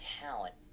talent